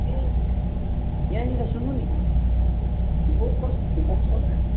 ए यहाँनिर सुन्नु नि लोकल खट्टु पाउँछ होला